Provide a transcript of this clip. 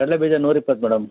ಕಡಲೆಬೀಜ ನೂರಿಪ್ಪತ್ತು ಮೇಡಮ್